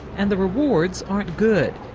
and the rewards aren't good.